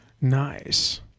Nice